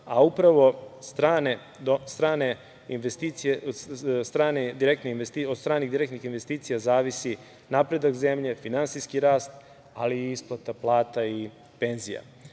a upravo od stranih direktnih investicija zavisi napredak zemlje, finansijski rast ali i isplata plata i